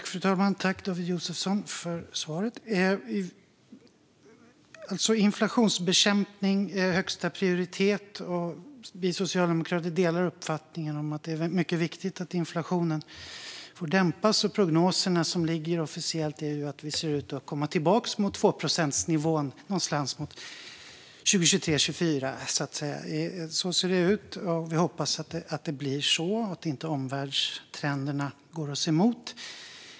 Fru talman! Tack, David Josefsson, för svaret! Inflationsbekämpning är högsta prioritet. Vi socialdemokrater delar uppfattningen att det är mycket viktigt att inflationen dämpas. Enligt de officiella prognoserna ser vi ut att komma tillbaka till tvåprocentsnivån någon gång 2023 eller 2024. Så ser det ut. Vi hoppas att det blir så och att inte omvärldstrenderna går oss emot.